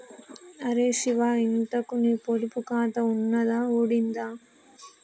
అరే శివా, ఇంతకూ నీ పొదుపు ఖాతా ఉన్నదా ఊడిందా